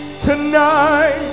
tonight